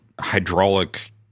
hydraulic